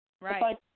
Right